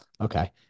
Okay